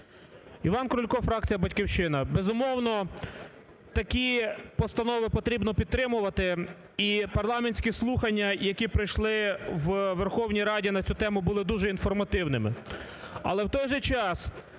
Іван Крулько, фракція "Батьківщина". Безумовно такі постанови потрібно підтримувати і парламентські слухання, які пройшли у Верховній Раді на цю тему були дуже інформативними. Але в той же час